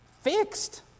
fixed